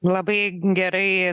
labai gerai